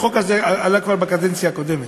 החוק הזה עלה כבר בקדנציה הקודמת.